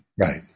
right